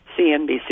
CNBC